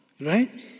right